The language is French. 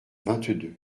vingt